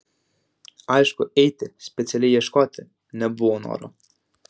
aišku eiti specialiai ieškoti nebuvo noro